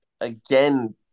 again